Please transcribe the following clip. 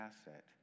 asset